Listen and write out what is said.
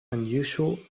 unusual